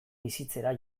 bizitzera